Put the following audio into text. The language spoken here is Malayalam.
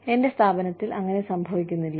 എന്റെ സ്ഥാപനത്തിൽ അങ്ങനെ സംഭവിക്കുന്നില്ല